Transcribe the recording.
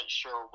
sure